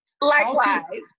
Likewise